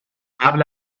قبل